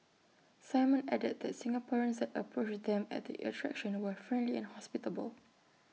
simon added that Singaporeans that approached them at the attraction were friendly and hospitable